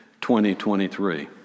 2023